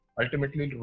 ultimately